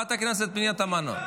היא תעבור לוועדת הכנסת לקביעת הוועדה.